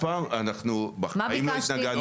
אנחנו בחיים לא התנגדנו לזה.